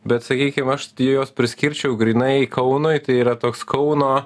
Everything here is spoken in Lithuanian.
bet sakykim aš tai juos priskirčiau grynai kaunui tai yra toks kauno